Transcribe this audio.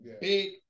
Big